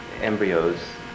embryos